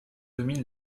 domine